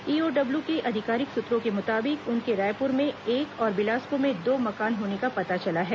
EOW के आधिकारिक सूत्रों के मुताबिक उनके रायपुर में एक और बिलासपुर में दो मकान होने का पता चला है